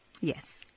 Yes